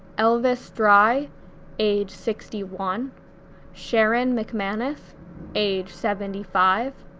elvis dry age sixty one sharon mcmanness age seventy five,